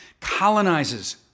colonizes